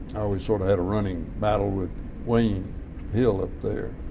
i always sort of had a running battle with wayne hill up there,